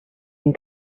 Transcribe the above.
and